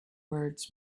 words